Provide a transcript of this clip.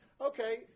okay